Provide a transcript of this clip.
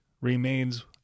remains